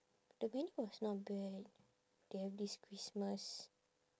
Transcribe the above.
the menu was not bad they have this christmas